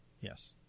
yes